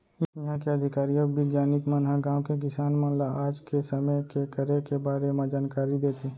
इहॉं के अधिकारी अउ बिग्यानिक मन ह गॉंव के किसान मन ल आज के समे के करे के बारे म जानकारी देथे